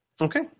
okay